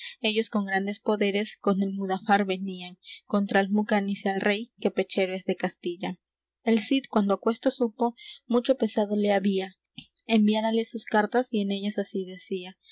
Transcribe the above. ellos con grandes poderes con el mudafar venían contra almucanis el rey que pechero es de castilla el cid cuando aquesto supo mucho pesado le había enviárale sus cartas y en ellas así decía